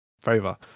favor